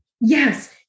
Yes